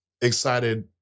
excited